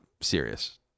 serious